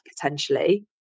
potentially